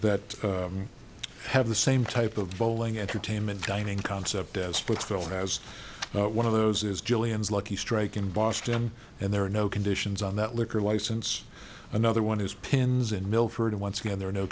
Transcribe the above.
that have the same type of bowling entertainment dining concept as splitsville has one of those is gillian's lucky strike in boston and there are no conditions on that liquor license another one is pins in milford once again there are no